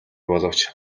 боловч